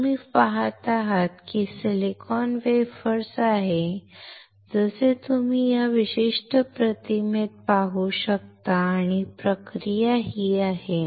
तुम्ही पहात आहात की हे सिलिकॉन वेफर आहे जसे तुम्ही या विशिष्ट प्रतिमेत पाहू शकता आणि प्रक्रिया ही आहे